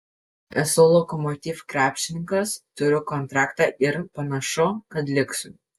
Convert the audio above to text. esu lokomotiv krepšininkas turiu kontraktą ir panašu kad liksiu